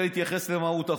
להתייחס למהות החוק.